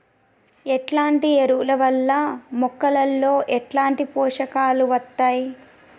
ఎట్లాంటి ఎరువుల వల్ల మొక్కలలో ఎట్లాంటి పోషకాలు వత్తయ్?